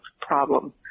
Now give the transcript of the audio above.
problem